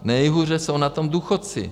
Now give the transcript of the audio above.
Nejhůře jsou na tom důchodci.